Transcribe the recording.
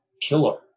killer